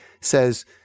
says